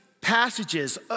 passages